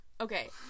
okay